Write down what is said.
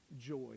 joy